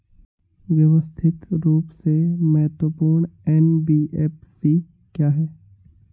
व्यवस्थित रूप से महत्वपूर्ण एन.बी.एफ.सी क्या हैं?